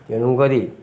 ତେଣୁ କରି